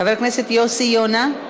חבר הכנסת יוסי יונה,